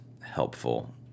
helpful